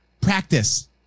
Practice